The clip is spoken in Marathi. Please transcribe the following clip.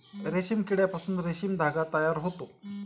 रेशीम किड्यापासून रेशीम धागा तयार होतो